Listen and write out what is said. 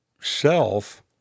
self